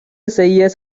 செய்ய